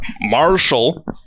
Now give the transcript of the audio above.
Marshall